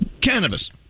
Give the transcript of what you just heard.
cannabis